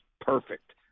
perfect